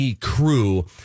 crew